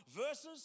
verses